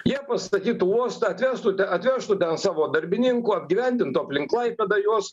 jie pastatytų uostą atvežtų atvežtų ten savo darbininkų apgyvendintų aplink klaipėdą juos